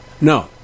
No